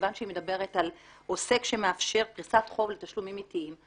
מכיוון שהיא מדברת על עוסק שמאפשר פריסת חוב לתשלומים עיתיים.